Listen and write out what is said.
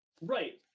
Right